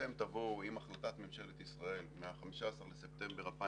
אתם תבואו עם החלטת ממשלת ישראל מה-15 בספטמבר 2003,